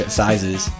sizes